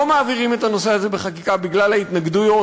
לא מעבירים את הנושא הזה בחקיקה בגלל ההתנגדויות